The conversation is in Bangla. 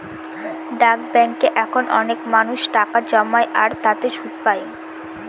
ডাক ব্যাঙ্কে এখন অনেক মানুষ টাকা জমায় আর তাতে সুদ পাই